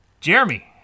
Jeremy